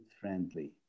friendly